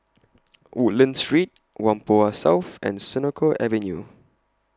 Woodlands Street Whampoa South and Senoko Avenue